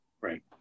Right